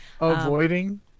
Avoiding